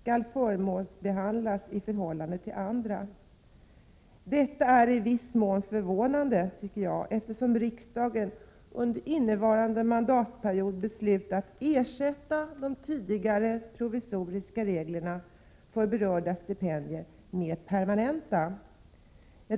skall förmånsbehandlas i förhållande till andra. Detta är i viss mån förvånande, eftersom riksdagen under innevarande mandatperiod beslutat ersätta de tidigare provisoriska reglerna för berörda stipendier med permanenta sådana.